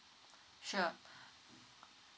sure